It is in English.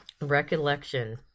recollection